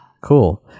Cool